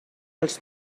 els